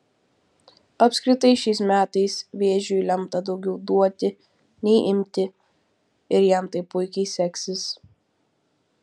apskritai šiais metais vėžiui lemta daugiau duoti nei imti ir jam tai puikiai seksis